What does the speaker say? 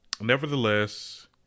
nevertheless